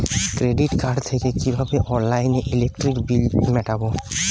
Credit card থেকে কিভাবে অনলাইনে ইলেকট্রিক বিল মেটাবো?